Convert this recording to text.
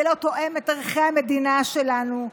זה לא תואם את ערכי המדינה שלנו.